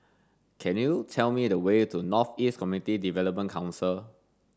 can you tell me the way to North East Community Development Council